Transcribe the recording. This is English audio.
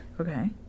Okay